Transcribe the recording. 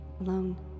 alone